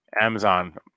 Amazon